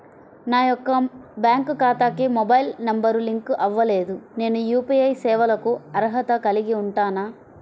నా యొక్క బ్యాంక్ ఖాతాకి మొబైల్ నంబర్ లింక్ అవ్వలేదు నేను యూ.పీ.ఐ సేవలకు అర్హత కలిగి ఉంటానా?